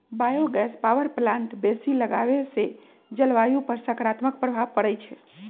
bio gas power plant बेशी लगाबेसे जलवायु पर सकारात्मक प्रभाव पड़इ छै